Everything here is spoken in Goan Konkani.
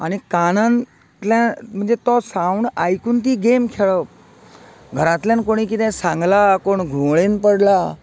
आनी कानांतल्या म्हणजे तो सावन्ड आयकून ती गेम खेळप घरांतल्यान कोणी कितें सांगलां कोण घुंवळ येवन पडला